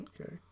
Okay